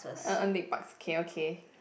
uh earn big bucks okay okay